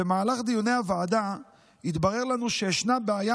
במהלך דיוני הוועדה התברר לנו שישנה בעיה